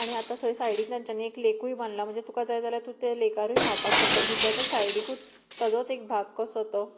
आनी आतां थंय सायडीक तांच्यानी एक लेकूय बांदला म्हणजे तुका जाय जाल्यार तूं ते लेकारूय न्हांवपाक शकता बिचाच्या सायडीकूच ताजोच एक भाग कसो तो